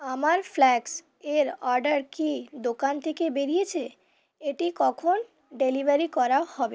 আমার ফ্লেক্স এর অর্ডার কি দোকান থেকে বেরিয়েছে এটি কখন ডেলিভারি করা হবে